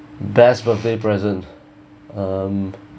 best birthday present um